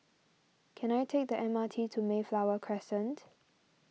can I take the M R T to Mayflower Crescent